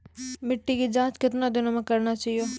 मिट्टी की जाँच कितने दिनों मे करना चाहिए?